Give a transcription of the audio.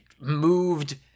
moved